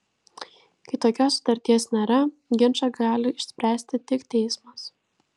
kai tokios sutarties nėra ginčą gali išspręsti tik teismas